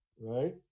Right